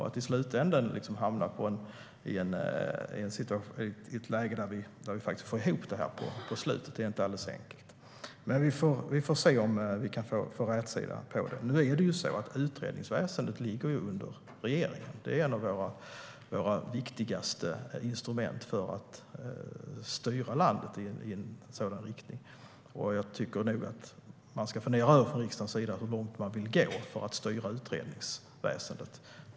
Att i slutändan hamna i ett läge där vi får ihop det här är inte alldeles enkelt, men vi får se om vi kan få rätsida på det. Nu är det ju så att utredningsväsendet ligger under regeringen. Det är ett av våra viktigaste instrument för att styra landet. Jag tycker nog att man från riksdagens sida ska fundera över hur långt man vill gå för att styra utredningsväsendet.